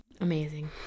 Amazing